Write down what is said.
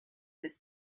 bis